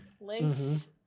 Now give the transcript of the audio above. Link's